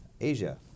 Asia